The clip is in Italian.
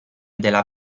della